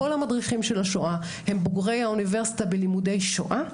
כל המדריכים של השואה הם בוגרי האוניברסיטה בלימודי שואה.